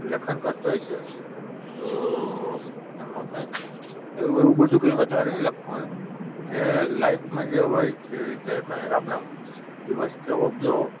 લેખન કરતો હોય છે તો એમાં કાંઈ એવું એવું બધું કંઈ વધારે નહીં લખવાનું જે લાઈફમાં જે હોય જે રીતે કાંઈ આપણા દિવસ કેવો ગ્યો